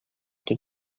the